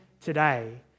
today